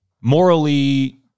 Morally